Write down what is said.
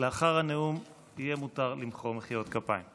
לאחר הנאום יהיה מותר למחוא מחיאות כפיים.